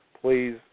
Please